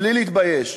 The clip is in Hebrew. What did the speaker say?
בלי להתבייש,